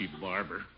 barber